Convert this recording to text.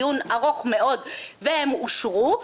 דיון ארוך מאוד והם אושרו.